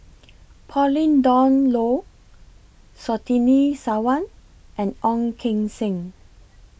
Pauline Dawn Loh Surtini Sarwan and Ong Keng Sen